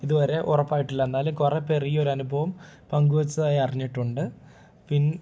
ഇതുവരെ ഉറപ്പായിട്ടില്ല എന്നാലും കുറെ പേര് ഈ ഒരനുഭവം പങ്കുവെച്ചതായി അറിഞ്ഞിട്ടുണ്ട് പിന്നെ